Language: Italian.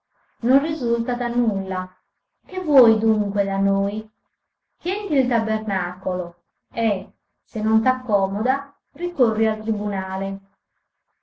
non risulta da nulla che vuoi dunque da noi tienti il tabernacolo e se non t'accomoda ricorri al tribunale